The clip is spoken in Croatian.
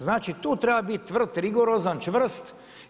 Znači tu treba biti tvrd, rigorozan, čvrst.